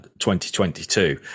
2022